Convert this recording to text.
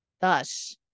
Thus